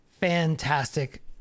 fantastic